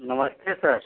नमस्ते सर